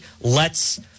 lets